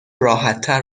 راحتتر